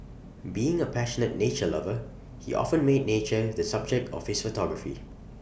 being A passionate nature lover he often made nature the subject of his photography